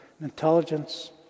intelligence